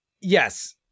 yes